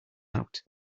out